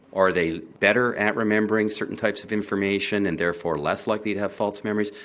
are they better at remembering certain types of information and therefore less likely to have false memories?